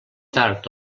tard